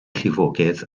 llifogydd